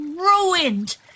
Ruined